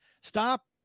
Stop